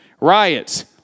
riots